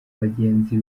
abagenzi